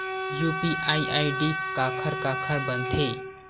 UPI ID काखर काखर बनथे?